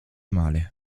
male